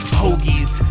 hoagies